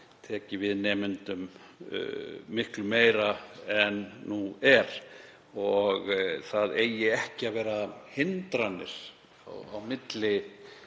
tekið við nemendum miklu meira en nú er og það eigi ekki að vera hindranir á milli